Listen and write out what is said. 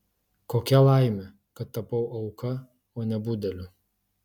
kokia laimė kad tapau auka o ne budeliu